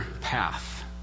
path